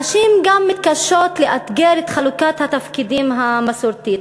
הנשים גם מתקשות לאתגר את חלוקת התפקידים המסורתית.